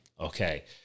okay